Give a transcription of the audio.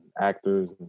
actors